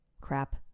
Crap